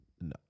no